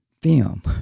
film